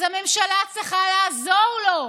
אז הממשלה צריכה לעזור לו,